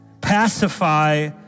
pacify